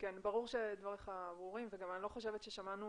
דבריך ברורים ואני לא חושבת ששמענו